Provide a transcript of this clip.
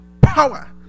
power